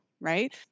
Right